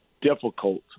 difficult